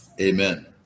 Amen